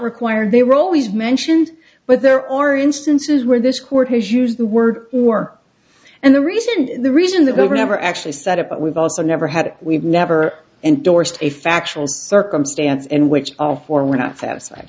required they were always mentioned but there are instances where this court has used the word or and the reason the reason that they were never actually set up but we've also never had we've never endorsed a factual circumstance in which all four were not sat